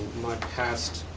my past